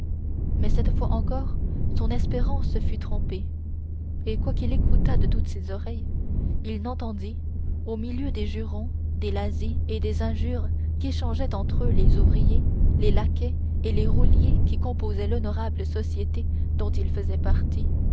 mais cette fois encore son espérance fut trompée et quoiqu'il écoutât de toutes ses oreilles il n'entendit au milieu des jurons des lazzi et des injures qu'échangeaient entre eux les ouvriers les laquais et les rouliers qui composaient l'honorable société dont il faisait partie